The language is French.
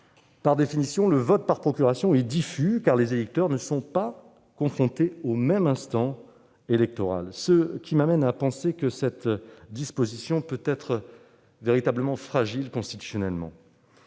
Par définition, le vote par procuration est diffus, car les électeurs ne sont pas confrontés au même instant électoral, ce qui me conduit à penser que cette disposition peut être très fragile constitutionnellement.